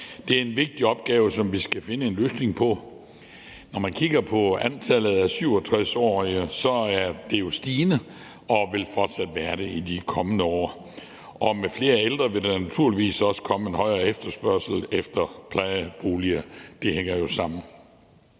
Det er en vigtig opgave, som vi skal finde en løsning på. Når man kigger på antallet af 67-årige, er det jo stigende, og det vil det fortsat være i de kommende år, og med flere ældre vil der naturligvis også komme en højere efterspørgsel efter plejeboliger. Det hænger jo sammen.